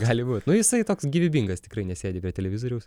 gali būt nu jisai toks gyvybingas tikrai nesėdi be televizoriaus